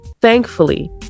thankfully